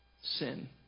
Sin